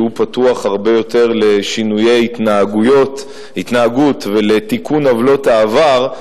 שהוא פתוח הרבה יותר לשינויי התנהגות ולתיקון עוולות העבר,